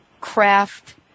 craft